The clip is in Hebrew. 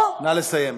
או, נא לסיים.